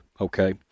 okay